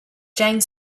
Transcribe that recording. jane